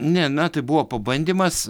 ne metai buvo pabandymas